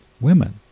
women